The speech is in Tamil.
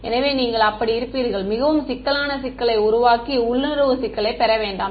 எனவே நீங்கள் அப்படி இருப்பீர்கள் மிகவும் சிக்கலான சிக்கலை உருவாக்கி உள்ளுணர்வு சிக்கலைப் பெற வேண்டாம்